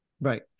Right